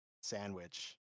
sandwich